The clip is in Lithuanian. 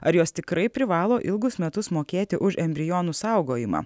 ar jos tikrai privalo ilgus metus mokėti už embrionų saugojimą